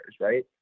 right